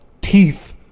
teeth